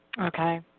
Okay